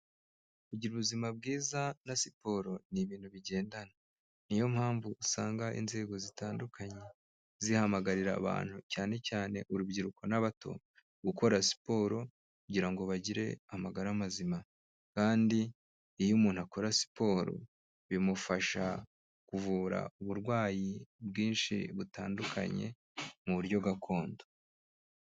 Kugira ubuzima bwiza na siporo ni ibintu bigendana, ni yo mpamvu usanga inzego zitandukanye, zihamagarira abantu, cyane cyane urubyiruko n'abato, gukora siporo kugira ngo bagire amagara mazima kandi iyo umuntu akora siporo, bimufasha kuvura uburwayi bwinshi butandukanye, mu buryo gakondo.